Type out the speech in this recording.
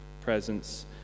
presence